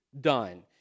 done